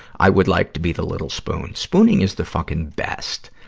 i would like to be the little spoon. spooning is the fucking best.